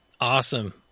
Awesome